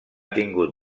tingut